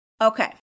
Okay